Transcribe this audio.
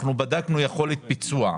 בדקנו יכולת ביצוע,